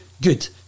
good